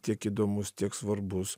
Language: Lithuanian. tiek įdomus tiek svarbus